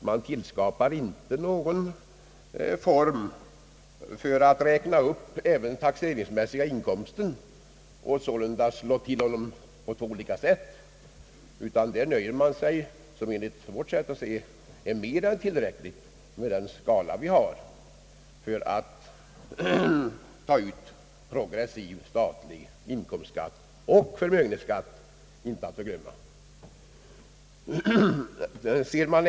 Man tillskapar inte någon form att för honom räkna upp även den taxeringsmässiga inkomsten och sålunda slå till honom på två olika sätt, utan där nöjer man sig med — och det är enligt vårt sätt att se mer än tillräckligt — den skala vi har för att ta ut progressiv statlig inkomstskatt och förmögenhetsskatt, den senare inte att förglömma.